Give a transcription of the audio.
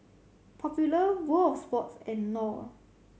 Popular World Of Sports and Knorr